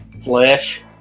flesh